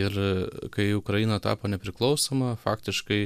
ir kai ukraina tapo nepriklausoma faktiškai